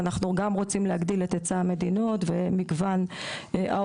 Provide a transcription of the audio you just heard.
אנחנו גם רוצים להגדיל את היצע המדינות ומגוון העובדים,